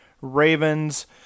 Ravens